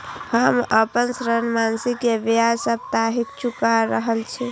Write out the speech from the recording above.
हम आपन ऋण मासिक के ब्याज साप्ताहिक चुका रहल छी